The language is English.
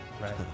Right